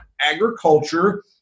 Agriculture